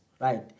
Right